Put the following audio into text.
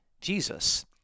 Jesus